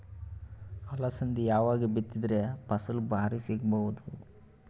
ಅಲಸಂದಿ ಯಾವಾಗ ಬಿತ್ತಿದರ ಫಸಲ ಭಾರಿ ಸಿಗಭೂದು?